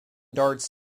darts